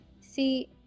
See